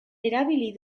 erabili